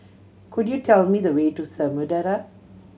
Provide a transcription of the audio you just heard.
could you tell me the way to Samudera